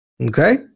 Okay